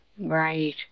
Right